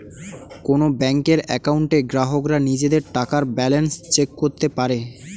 কোন ব্যাংকের অ্যাকাউন্টে গ্রাহকরা নিজেদের টাকার ব্যালান্স চেক করতে পারে